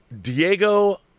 Diego